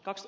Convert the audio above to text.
kaksi